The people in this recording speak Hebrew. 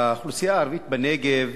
האוכלוסייה הערבית בנגב